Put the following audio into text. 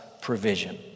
provision